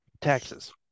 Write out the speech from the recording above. Taxes